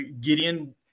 Gideon